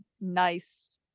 nice